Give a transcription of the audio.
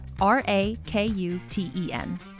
R-A-K-U-T-E-N